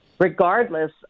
Regardless